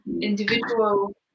individual